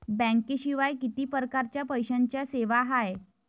बँकेशिवाय किती परकारच्या पैशांच्या सेवा हाय?